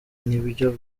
n’ibyo